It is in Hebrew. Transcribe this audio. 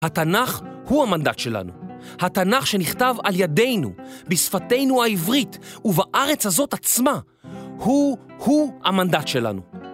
התנ״ך הוא המנדט שלנו. התנ״ך שנכתב על ידינו, בשפתנו העברית, ובארץ הזאת עצמה, הוא, הוא המנדט שלנו.